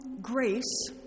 grace